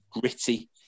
gritty